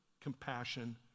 compassion